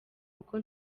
uko